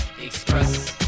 Express